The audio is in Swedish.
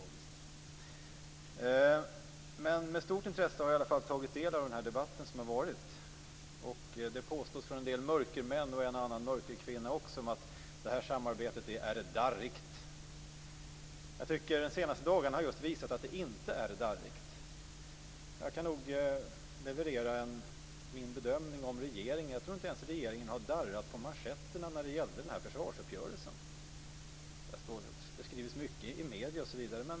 Jag har med stort intresse tagit del av den debatt som varit. Det påstås från en del mörkermän och också en och annan mörkerkvinna att detta samarbete är darrigt. De senaste dagarna har visat att det inte är darrigt. Jag kan nog leverera min bedömning av regeringen. Jag tror inte att regeringen har darrat på manchetten när det gällde försvarsuppgörelsen. Det har skrivit mycket om det i medierna.